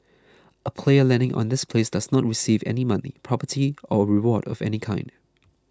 a player landing on this place does not receive any money property or reward of any kind